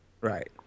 Right